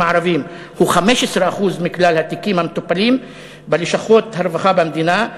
הערביים הוא 15% מכלל התיקים המטופלים בלשכות הרווחה במדינה,